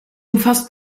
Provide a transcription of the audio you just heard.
umfasst